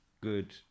good